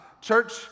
Church